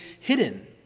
hidden